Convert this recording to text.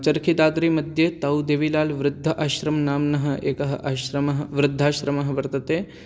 चर्खिताद्रिमध्ये तौदेवीलालवृद्ध आश्रमनाम्नः एकः आश्रमः वृद्धाश्रमः वर्तते